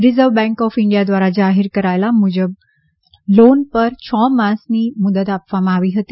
reserve bank of India દ્વારા જાહેર કરાયા મુજબ લોન પર છ માસની મુદત આપવામાં આવી હતી